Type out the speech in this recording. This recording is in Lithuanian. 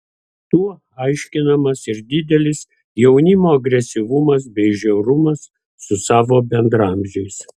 tuo aiškinamas ir didelis jaunimo agresyvumas bei žiaurumas su savo bendraamžiais